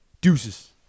Deuces